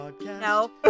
No